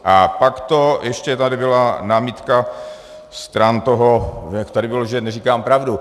A pak tady ještě byla námitka stran toho, jak tady bylo, že neříkám pravdu.